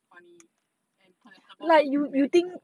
and palatable to many people